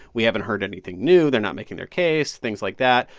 we haven't heard anything new they're not making their case things like that.